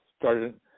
started